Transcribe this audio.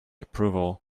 approval